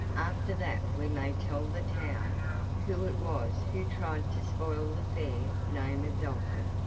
after that we may tell the town who it was who tried to spoil the fair name of dalton.